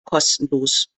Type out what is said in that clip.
kostenlos